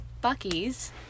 Bucky's